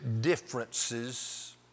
differences